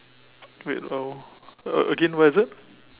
wait oh a~ again where is it